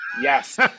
yes